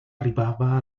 arribava